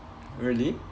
really